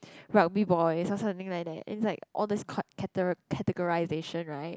rugby boys something like that then it's like all this categ~ categorization right